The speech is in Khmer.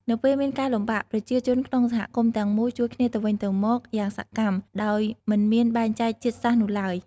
នៅពេលមានការលំបាក ប្រជាជនក្នុងសហគមន៍ទាំងមូលជួយគ្នាទៅវិញទៅមកយ៉ាងសកម្ម ដោយមិនមានបែងចែកជាតិសាសន៍នោះឡើយ។